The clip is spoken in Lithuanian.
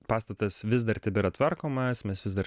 pastatas vis dar tebėra tvarkomas mes vis dar